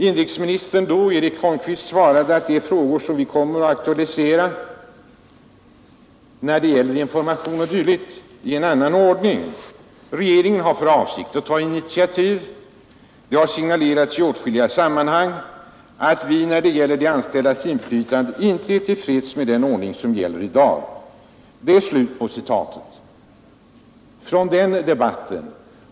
Inrikesministern svarade då bl.a. att frågor om information o. d. är ”frågor som kommer att aktualiseras i annan ordning. Regeringen har för avsikt att ta initiativ. Det har signalerats i åtskilliga sammanhang att vi när det gäller de anställdas inflytande inte är tillfreds med den ordning som gäller i dag.” Där slutar jag citatet från den debatten.